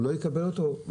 הוא לא יקבל אותו,